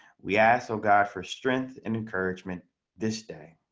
we ask so god for strength and encouragement this day.